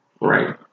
right